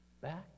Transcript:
back